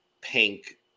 pink